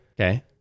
Okay